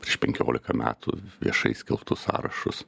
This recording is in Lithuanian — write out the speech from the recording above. prieš penkiolika metų viešai skelbtus sąrašus